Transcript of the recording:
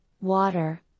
water